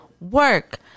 Work